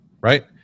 Right